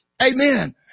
Amen